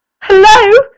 Hello